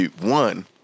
One